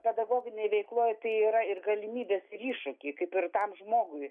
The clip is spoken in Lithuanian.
pedagoginėj veikloj tai yra ir galimybės ir iššūkiai kaip ir tam žmogui